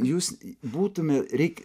jūs būtume reik